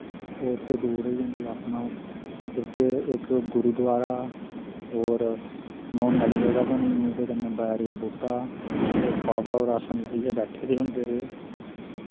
ओह् उत्थै दूर होई जन्दी अपने आप इत्थै इक गुरुद्वारा और न्हौने आह्ली जगह बनी दी इ'दे कन्नै बैरी दा बूह्टा इत्थै बाबा और आसन लाइयै बैठे दे होंदे रेह्